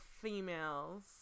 females